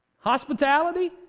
Hospitality